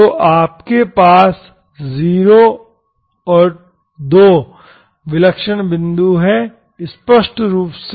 तो आपके पास 0 और 2 विलक्षण बिंदु हैं स्पष्ट रूप से